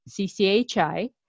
CCHI